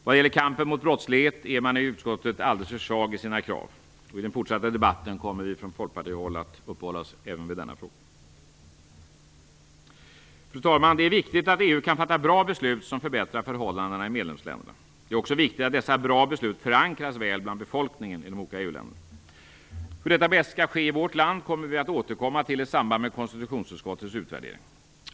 Vad gäller kampen mot brottsligheten är man i utskottet alldeles för svag i sina krav. I den fortsatta debatten kommer vi från folkpartihåll att uppehålla oss även vid denna fråga. Fru talman! Det är viktigt att EU kan fatta bra beslut som förbättrar förhållandena i medlemsländerna. Det är också viktigt att dessa bra beslut förankras väl bland befolkningen i de olika EU-länderna. Hur detta bäst skall ske i vårt land kommer vi att återkomma till i samband med konstitutionsutskottets utvärdering.